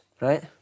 Right